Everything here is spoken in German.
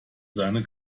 seine